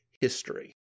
History